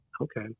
Okay